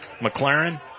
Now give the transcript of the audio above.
McLaren